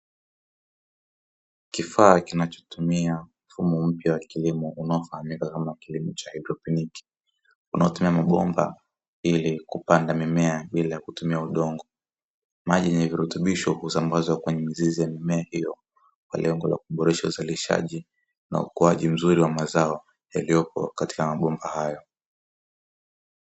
Kifaa kinachotumia mfumo mpya wa kilimo unaofahamika kama kilimo cha europenic unaotumia mabomba ili kupanda mimea bila kutumia udongo, maji yenye virutubisho husambazwa kwenye mizizi ya mimea hiyo kwa lengo la kuboresha uzalishaji na ukuaji mzuri wa mazao yaliyopo katika mabomba hayo.